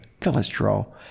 cholesterol